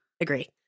agree